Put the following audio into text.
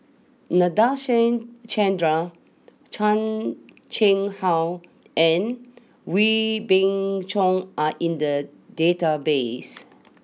Nadasen Chandra Chan Chang how and Wee Beng Chong are in the database